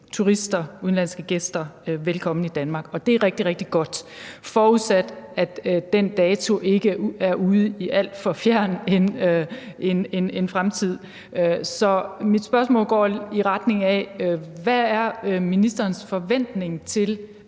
turister og udenlandske gæster velkommen i Danmark, og det er rigtig, rigtig godt, forudsat at den dato ikke ligger ude i en alt for fjern fremtid. Så mit spørgsmål går i retning af, hvad ministerens forventning er